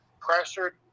Pressured